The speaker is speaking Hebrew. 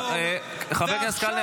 ועכשיו מעלים על נס ----- חבר הכנסת קלנר,